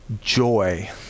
joy